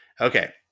Okay